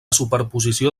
superposició